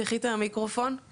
אני